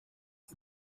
die